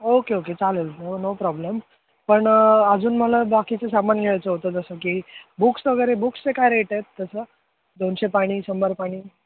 okay okay चालेल हो no problem पण अजून मला बाकीचं सामान घ्यायचं होतं जसं की बुक्स वगैरे बुक्सचे काय रेट आहेत तसं दोनशे पानी शंभर पानी